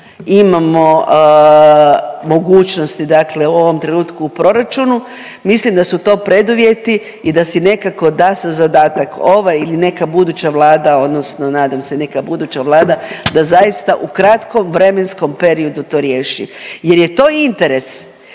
imamo mogućnosti dakle u ovom trenutku u proračunu mislim da su to preduvjeti i da si nekako da za zadatak ova ili neka buduća Vlada odnosno nadam se neka buduća Vlada da zaista u kratkom vremenskom periodu to riješi jer je to interes